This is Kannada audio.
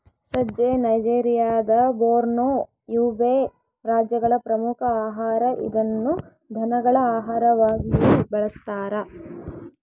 ಸಜ್ಜೆ ನೈಜೆರಿಯಾದ ಬೋರ್ನೋ, ಯುಬೇ ರಾಜ್ಯಗಳ ಪ್ರಮುಖ ಆಹಾರ ಇದನ್ನು ದನಗಳ ಆಹಾರವಾಗಿಯೂ ಬಳಸ್ತಾರ